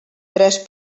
tres